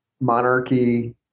monarchy